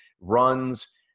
runs